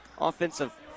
Offensive